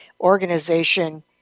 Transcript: organization